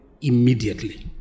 immediately